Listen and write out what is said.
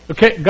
Okay